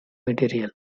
material